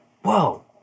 Whoa